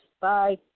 bye